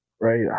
right